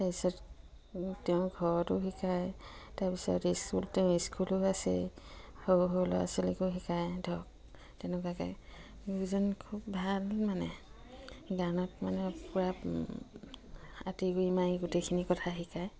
তাৰপিছত তেওঁ ঘৰতো শিকায় তাৰপিছত স্কুল তেওঁ ইস্কুলো আছে সৰু সৰু ল'ৰা ছোৱালীকো শিকায় ধৰক তেনেকুৱাকৈ দুজন খুব ভাল মানে গানত মানে পূৰা আঁতিগুৰি মাৰি গোটেইখিনি কথা শিকায়